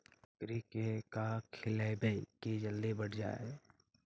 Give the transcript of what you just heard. बकरी के का खिलैबै कि जल्दी बढ़ जाए?